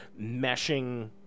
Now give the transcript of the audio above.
meshing